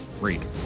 read